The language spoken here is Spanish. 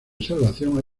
salvación